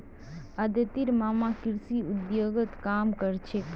अदितिर मामा कृषि उद्योगत काम कर छेक